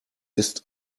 ist